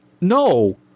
No